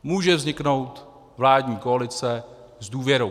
Může vzniknout vládní koalice s důvěrou.